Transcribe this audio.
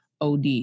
OD